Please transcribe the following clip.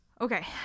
Okay